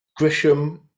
Grisham